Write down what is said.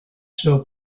cell